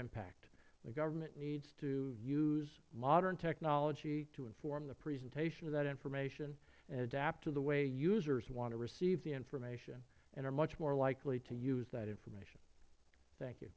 impact the government needs to use modern technology to inform the presentation of that information and adapt to the way users want to receive the information and are much more likely to use that information tha